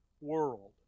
world